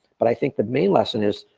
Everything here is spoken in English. but i think the main lesson is,